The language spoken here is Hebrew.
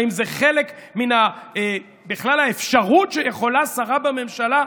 האם זה בכלל חלק מן האפשרות שיכולה שרה בממשלה,